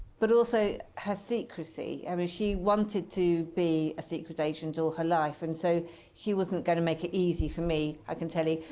but also her secrecy. i mean, she wanted to be a secret agent all her life. and so she wasn't going to make it easy for me, i can tell you,